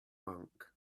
monk